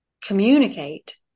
communicate